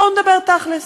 בואו נדבר תכל'ס,